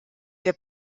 der